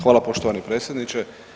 Hvala poštovani predsjedniče.